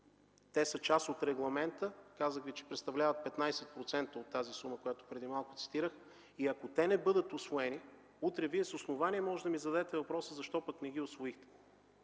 Те са част от Регламента. Казах Ви, че представляват 15% от тази сума, която преди малко цитирах. И ако те не бъдат усвоени, утре Вие с основание можете да ми зададете въпроса, защо пък не ги усвоих.